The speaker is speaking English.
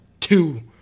two